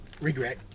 regret